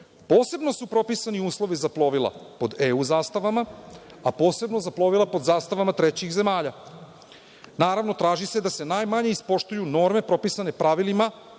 Posebno su propisani uslovi za plovila pod EU zastavama, a posebno za plovila pod zastavama trećih zemalja. Naravno, traži se da se najmanje ispoštuju norme propisane pravilima